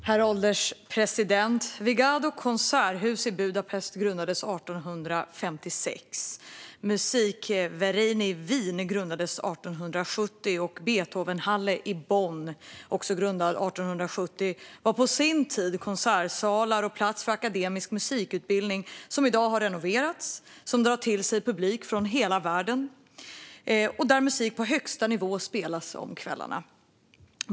Herr ålderspresident! Vigadó konserthus i Budapest grundades 1856. Musikverein i Wien grundades 1870. Beethovenhalle i Bonn grundades också 1870. De var på sin tid konsertsalar och platser för akademisk musikutbildning. De har i dag renoverats. De drar till sig publik från hela världen. Och där spelas musik på högsta nivå om kvällarna.